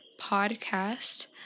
podcast